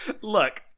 Look